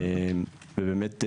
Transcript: באמת,